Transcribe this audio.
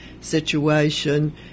situation